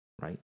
Right